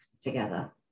together